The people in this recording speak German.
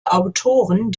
autoren